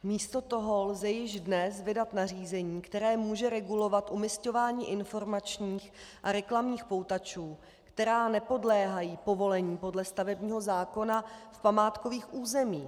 Místo toho lze již dnes vydat nařízení, které může regulovat umisťování informačních a reklamních poutačů, které nepodléhají povolení podle stavebního zákona v památkových územích.